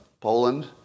Poland